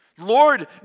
Lord